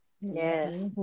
yes